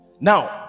now